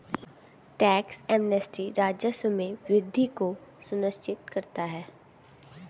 tax amnesty राजस्व में वृद्धि को सुनिश्चित करता है